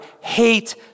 hate